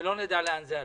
ולא נדע לאן זה הלך.